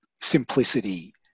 simplicity